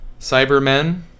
Cybermen